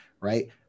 right